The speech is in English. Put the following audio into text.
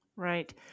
Right